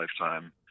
lifetime